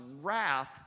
wrath